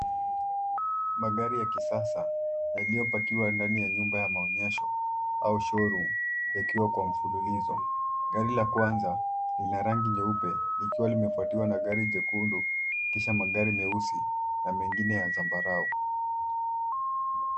Magari ya kisasa yaliyopakiwa ndani ya nyumba ya maonyesho au (cs)showroom(cs) yakiwa kwa mfululizo. Gari la kwanza lina rangi nyeupe likiwa limefuatiwa na gari jekundu kisha magari meusi na mengine ya zambarau.